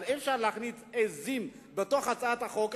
אבל אי-אפשר להכניס עזים להצעת החוק,